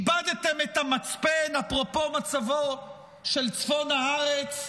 איבדתם את המצפן, אפרופו מצבו של צפון הארץ.